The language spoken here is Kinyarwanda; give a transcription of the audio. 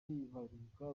baheruka